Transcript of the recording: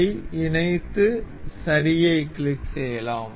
இதை இணைத்து சரியை கிளிக் செய்யலாம்